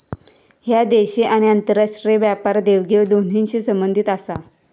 ह्या देशी आणि आंतरराष्ट्रीय व्यापार देवघेव दोन्हींशी संबंधित आसा